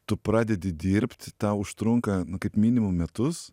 tu pradedi dirbt tau užtrunka kaip minimum metus